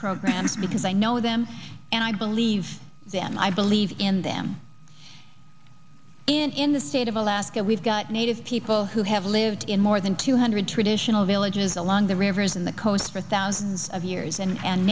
programs because i know them and i believe them i believe in them in the state of alaska we've got native people who have lived in more than two hundred traditional villages along the rivers and the coasts for thousands years and